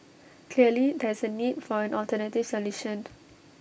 clearly there is A need for an alternative solution